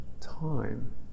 time